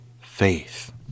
faith